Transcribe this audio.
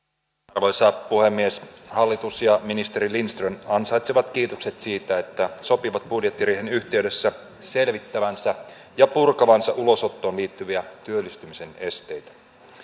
arvoisa puhemies hallitus ja ministeri lindström ansaitsevat kiitokset siitä että sopivat budjettiriihen yhteydessä selvittävänsä ja purkavansa ulosottoon liittyviä työllistymisen esteitä